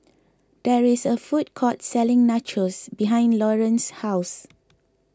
there is a food court selling Nachos behind Lawerence's house